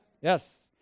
Yes